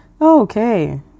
Okay